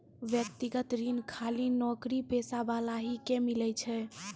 व्यक्तिगत ऋण खाली नौकरीपेशा वाला ही के मिलै छै?